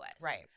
Right